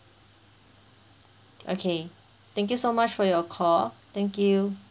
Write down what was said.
okay thank you so much for your call thank you